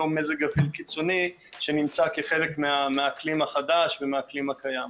אותו מזג אוויר קיצוני שנמצא כחלק מהאקלים החדש ומהאקלים הקיים.